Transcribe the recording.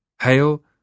Hail